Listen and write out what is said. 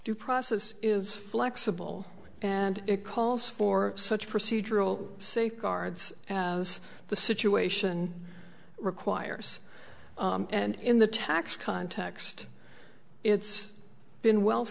due process is flexible and it calls for such procedural safeguards as the situation requires and in the tax context it's been well